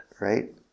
right